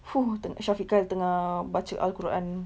!fuh! tenga~ syafiq kyle tengah baca al-quran